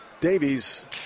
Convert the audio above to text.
Davies